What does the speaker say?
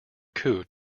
coup